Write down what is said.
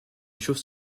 chauves